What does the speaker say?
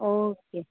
okay